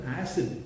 acid